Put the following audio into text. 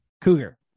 Cougar